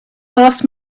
ask